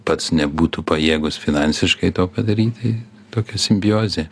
pats nebūtų pajėgus finansiškai to padaryti tokia simbiozė